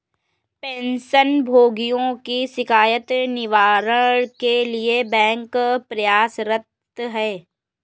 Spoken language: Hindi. पेंशन भोगियों की शिकायत निवारण के लिए बैंक प्रयासरत है